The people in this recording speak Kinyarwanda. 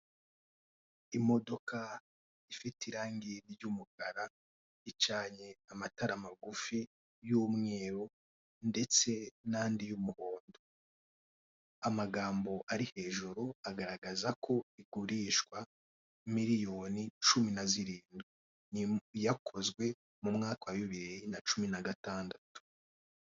Imodoka ifite irangi ry'umukara icanye amatara magufi y'umweru ndetse n'andi y'umuhondo. Amagambo ari hejuru agaragaza ko igurishwa miriyoni cumi na zirindwi ,yakozwe mu mwaka wa bibiri na cumi na gatandatu.